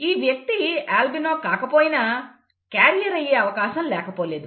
ఈ వ్యక్తి అల్బినో కాకపోయినా క్యారియర్ అయ్యే అవకాశం లేకపోలేదు